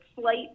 slight